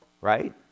Right